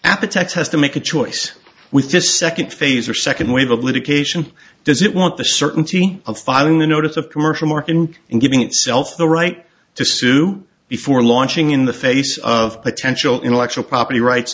appetite's has to make a choice with this second phase or second wave of litigation does it want the certainty of filing the notice of commercial marketing and giving itself the right to sue before launching in the face of potential intellectual property right